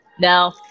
No